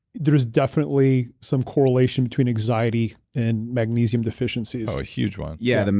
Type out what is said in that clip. there's definitely some correlation between anxiety and magnesium deficiency oh, a huge one yeah. and